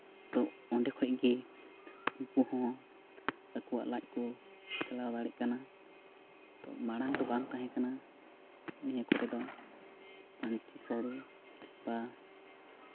ᱛᱚ ᱚᱸᱰᱮ ᱠᱷᱚᱡ ᱜᱮ ᱩᱱᱠᱩ ᱦᱚᱸ ᱟᱠᱚᱣᱟᱜ ᱞᱟᱡ ᱠᱚ ᱪᱟᱞᱟᱣ ᱫᱟᱲᱮᱭᱟᱜ ᱠᱟᱱᱟ ᱢᱟᱲᱟᱝ ᱫᱚ ᱵᱟᱝ ᱛᱟᱦᱮᱸ ᱠᱟᱱᱟ ᱱᱤᱭᱟᱹ ᱠᱚᱨᱮ ᱫᱚ ᱯᱟᱹᱧᱪᱤ ᱥᱟᱹᱲᱤ ᱵᱟ